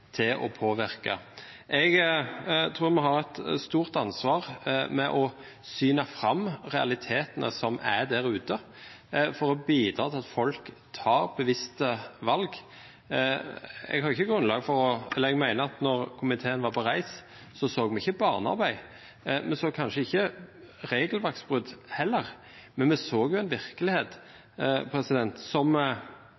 til å påvirke. Jeg tror vi har et stort ansvar for å syne fram realitetene som er der ute, for å bidra til at folk tar bevisste valg. Jeg mener at da komitéen var på reise, så vi ikke barnearbeid, vi så kanskje ikke regelverksbrudd heller, men vi så en virkelighet som vi ikke kjenner oss igjen i, som